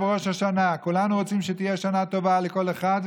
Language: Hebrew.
אני קורא בערב ראש השנה: כולנו רוצים שתהיה שנה טובה לכל אחד,